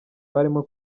barimo